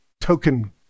token